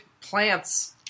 plants